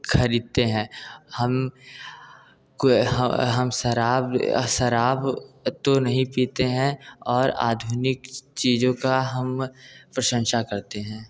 ख़रीदते हैं हम कोई हम शराब शराब तो नहीं पीते हैं और आधुनिक चीज़ों का हम प्रशंसा करते हैं